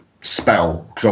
spell